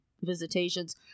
visitations